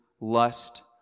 lust